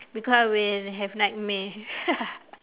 because I will have nightmare